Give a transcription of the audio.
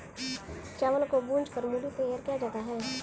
चावल को भूंज कर मूढ़ी तैयार किया जाता है